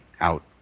out